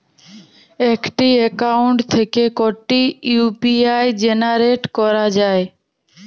একটি অ্যাকাউন্ট থেকে কটি ইউ.পি.আই জেনারেট করা যায়?